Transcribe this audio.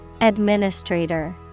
Administrator